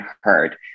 heard